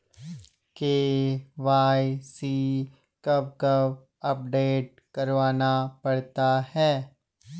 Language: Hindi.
के.वाई.सी कब कब अपडेट करवाना पड़ता है?